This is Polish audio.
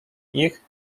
ich